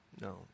No